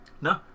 No